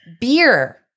beer